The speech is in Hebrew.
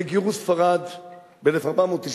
לגירוש ספרד ב-1492.